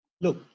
Look